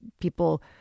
people